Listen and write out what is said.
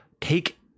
Take